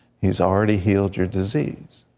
he's already heal your disease.